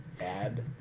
add